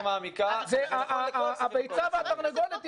בדיקה יותר מעמיקה --- הביצה והתרנגולת,